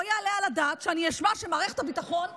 לא יעלה על הדעת שאני אשמע שמערכת הביטחון ממליצה,